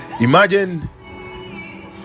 imagine